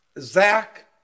Zach